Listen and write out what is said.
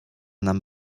nam